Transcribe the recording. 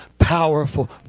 Powerful